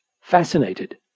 fascinated